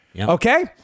okay